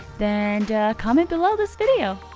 then comment below this video.